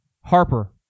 Harper